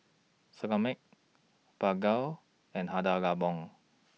Similac Bargo and Hada Labo